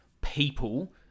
people